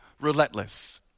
relentless